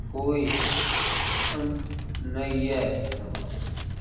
कोइ अन्त नहि यए